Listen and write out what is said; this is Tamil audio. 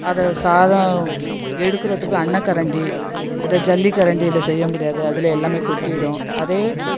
அதை சாதம் எடுக்குறதுக்கு அன்னக்கரண்டி அதை ஜல்லிக்கரண்டியில செய்ய முடியாது அதில் எல்லாமே கொட்டிவிடும் அதையே